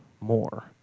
more